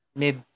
mid